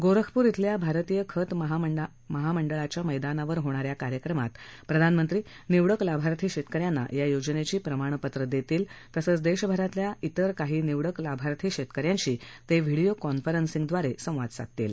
गोरखप्र इथल्या भारतीय खत महामंडळाच्या मैदानावर होणाऱ्या कार्यक्रमात प्रधानमंत्री निवडक लाभार्थी शेतकऱ्यांना या योजनेची प्रमाणपत्रं वाटतील तसच देशभरातल्या इतर काही निवडक लाभार्थी शेतकऱ्यांशी ते व्हिडिओ कॉन्फरन्सिंगद्वारे संवाद साधतील